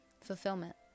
fulfillment